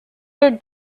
your